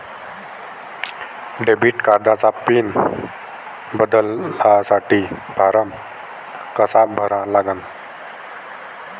Debit कार्डचा pin बदलासाठी form कसा भरा लागन?